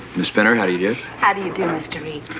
miss spinner, how do you do? how do you do, mr. reid.